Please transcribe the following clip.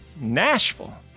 Nashville